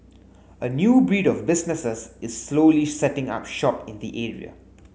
a new breed of businesses is slowly setting up shop in the area